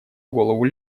голову